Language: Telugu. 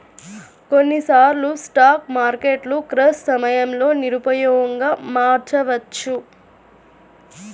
కొన్నిసార్లు స్టాక్ మార్కెట్లు క్రాష్ సమయంలో నిరుపయోగంగా మారవచ్చు